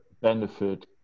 benefit